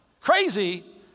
Crazy